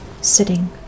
sitting